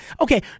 okay